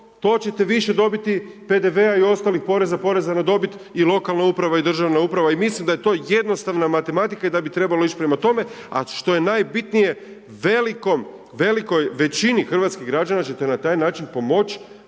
to ćete više dobiti PDV-a i ostalih poreza, na dobit i lokalna uprava i državna uprava i mislim da je to jednostavna matematika i da bi trebalo ići prema tome, a što je najbitnije, velikoj većini hrvatskih građana ćete na taj način pomoći